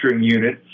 unit